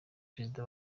perezida